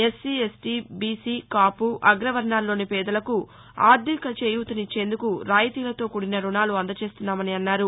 SC ST BC కాపు అగ్రవర్ణాల్లోని పేదలకు ఆర్దిక చేయూతనిచ్చేందుకు రాయితీలతో కూడిన రుణాలు అందజేస్తున్నామని అన్నారు